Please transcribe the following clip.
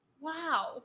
Wow